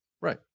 Right